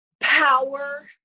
power